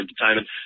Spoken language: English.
entertainment